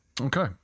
Okay